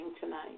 tonight